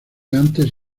antes